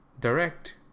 direct